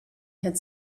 had